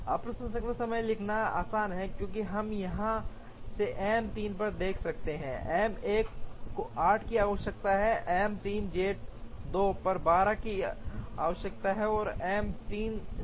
अब प्रसंस्करण समय लिखना है आसान है क्योंकि हम यहाँ से M 3 पर देख सकते हैं J 1 को 8 की आवश्यकता है M 3 J 2 पर 12 की आवश्यकता है और एम 3 जे 3 पर 7 की आवश्यकता होती है